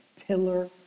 pillar